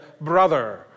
brother